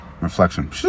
Reflection